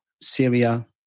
Syria